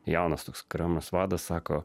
jaunas toks kariuomenės vadas sako